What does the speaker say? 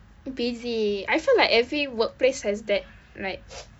busy I feel like every workplace has that like